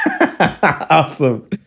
Awesome